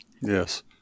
Yes